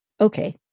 Okay